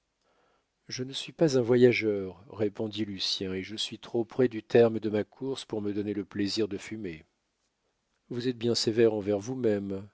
je ne suis pas un voyageur répondit lucien et je suis trop près du terme de ma course pour me donner le plaisir de fumer vous êtes bien sévère envers vous-même